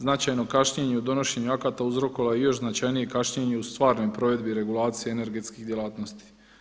Značajno kašnjenje u donošenju akata uzrokovalo je još značajnije kašnjenje u stvarnoj provedbi regulacije energetskih djelatnosti.